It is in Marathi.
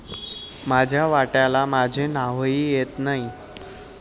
माझ्या वाट्याला माझे नावही येत नाही